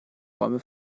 räume